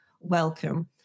welcome